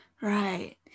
Right